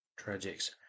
tragics